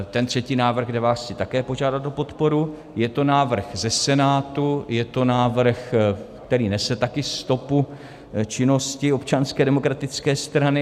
Ten třetí návrh, kde vás chci také požádat o podporu, je to návrh ze Senátu, je to návrh, který nese také stopu činnosti Občanské demokratické strany.